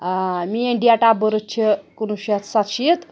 آ میٛٲنۍ date of birth چھِ کُنوُہ شَتھ سَتہٕ شیٖتھ